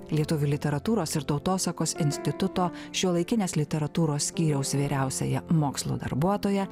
lietuvių literatūros ir tautosakos instituto šiuolaikinės literatūros skyriaus vyriausiaja mokslo darbuotoja